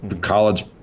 college